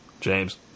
James